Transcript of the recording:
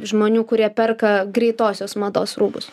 žmonių kurie perka greitosios mados rūbus